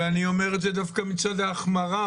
ואני אומר את זה מצד ההחמרה.